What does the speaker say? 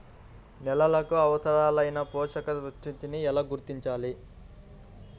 నేలలకు అవసరాలైన పోషక నిష్పత్తిని ఎలా గుర్తించాలి?